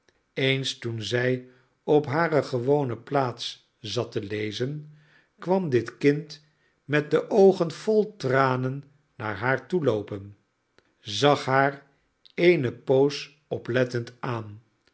eens toen zij op hare gewone plaats zat te lezen kwam dit kind met de oogen vol tranen naar haar toe loopen zag haar eene poos oplettend aan